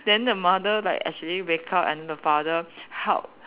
then the mother like actually wake up and the father help